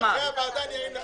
מאיר, אחרי הוועדה, אני אגיד.